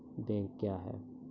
Bank क्या हैं?